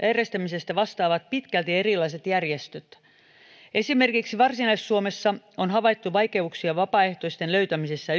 järjestämisestä vastaavat pitkälti erilaiset järjestöt esimerkiksi varsinais suomessa on havaittu vaikeuksia vapaaehtoisten löytämisessä